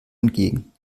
entgegen